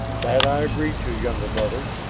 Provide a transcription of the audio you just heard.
that i agree to, younger brother.